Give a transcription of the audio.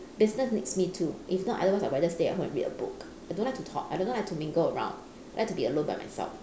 business makes me to if not otherwise I would rather just stay at home and read a book I don't like to talk I don't like to mingle around I like to be alone by myself